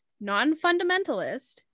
non-fundamentalist